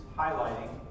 highlighting